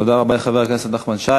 תודה רבה לחבר הכנסת נחמן שי.